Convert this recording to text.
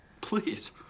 Please